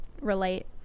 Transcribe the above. relate